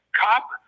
cop